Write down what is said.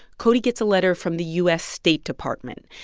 cody gets a letter from the u s. state department.